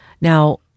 Now